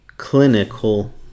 clinical